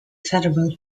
federal